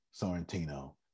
Sorrentino